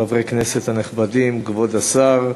חברי הכנסת הנכבדים, כבוד השר,